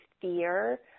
fear